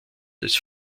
des